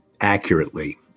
accurately